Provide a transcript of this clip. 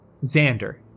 Xander